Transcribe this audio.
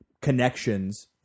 connections